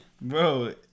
Bro